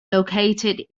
located